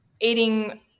eating